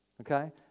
okay